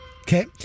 Okay